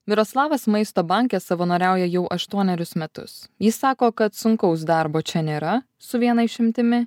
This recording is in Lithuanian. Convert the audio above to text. miroslavas maisto banke savanoriauja jau aštuonerius metus jis sako kad sunkaus darbo čia nėra su viena išimtimi